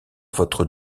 votre